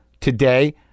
today